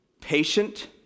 patient